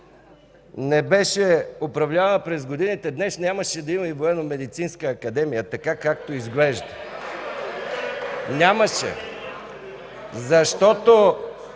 не беше управлявала през годините, днес нямаше да има и Военномедицинска академия, така както изглежда. (Силен шум,